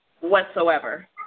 whatsoever